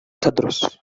تدرس